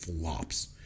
flops